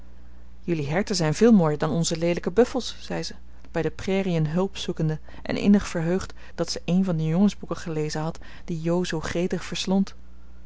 jullie herten zijn veel mooier dan onze leelijke buffels zei zij bij de prairiën hulp zoekende en innig verheugd dat ze een van de jongensboeken gelezen had die jo zoo gretig verslond